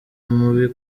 mubi